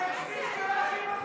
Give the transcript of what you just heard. אתם, של האחים המוסלמים.